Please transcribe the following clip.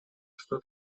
что